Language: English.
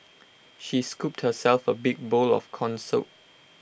she scooped herself A big bowl of Corn Soup